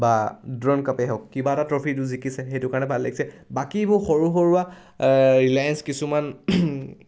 বা ডুৰাণ কাপেই হওক কিবা এটা ট্ৰফিটো জিকিছে সেইটো কাৰণে ভাল লাগছে বাকীবোৰ সৰু সুৰা ৰিলায়েঞ্চ কিছুমান